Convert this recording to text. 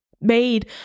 made